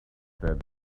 that